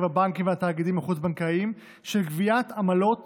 הבנקים והתאגידים החוץ-בנקאיים של גביית עמלות